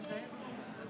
בהצלחה, השרה